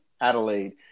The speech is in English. Adelaide